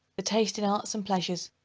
the taste in arts and pleasures,